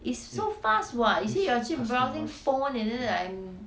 it's so fast what you see you are actually browsing phone and then I am